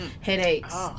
headaches